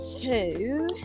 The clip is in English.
two